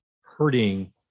hurting